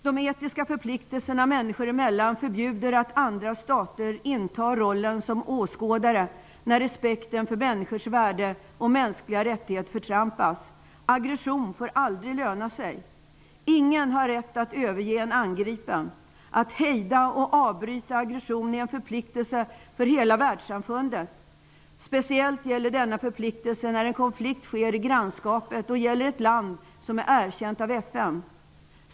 De etiska förpliktelserna människor emellan förbjuder att andra stater intar rollen som åskådare när respekten för människors värde och mänskliga rättigheter förtrampas. Aggression får aldrig löna sig. Ingen har rätt att överge en angripen. Att hejda och avbryta aggression är en förpliktelse för hela världssamfundet. Speciellt gäller denna förpliktelse när en konflikt sker i grannskapet och gäller ett land som är erkänt av FN.